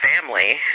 family